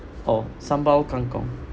orh sambal kangkong